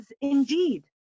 indeed